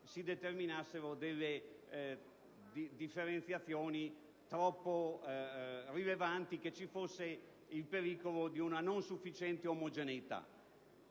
si determinassero delle differenziazioni troppo rilevanti, che ci fosse il pericolo di una non sufficiente omogeneità.